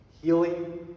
healing